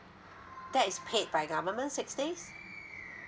that is paid by government six days